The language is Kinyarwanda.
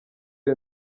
iyo